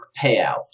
payout